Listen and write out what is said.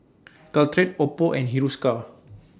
Caltrate Oppo and Hiruscar